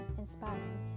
inspiring